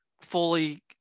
fully